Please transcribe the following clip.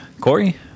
Corey